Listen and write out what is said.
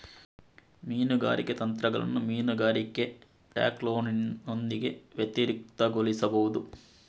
ಮೀನುಗಾರಿಕೆ ತಂತ್ರಗಳನ್ನು ಮೀನುಗಾರಿಕೆ ಟ್ಯಾಕ್ಲೋನೊಂದಿಗೆ ವ್ಯತಿರಿಕ್ತಗೊಳಿಸಬಹುದು